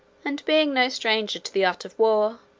and being no stranger to the art of war,